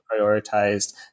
prioritized